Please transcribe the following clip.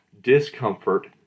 discomfort